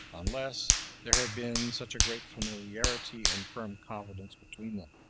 unless there had been such a great familiarity and firm confidence between them.